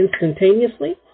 instantaneously